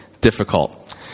difficult